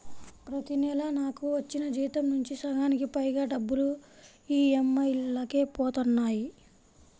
ప్రతి నెలా నాకు వచ్చిన జీతం నుంచి సగానికి పైగా డబ్బులు ఈ.ఎం.ఐ లకే పోతన్నాయి